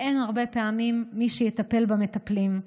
והרבה פעמים אין מי שיטפל במטפלים.